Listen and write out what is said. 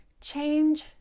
Change